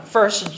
First